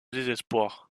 désespoir